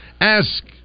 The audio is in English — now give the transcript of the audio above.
Ask